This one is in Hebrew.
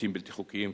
בתים בלתי חוקיים.